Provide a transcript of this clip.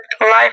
Life